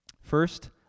first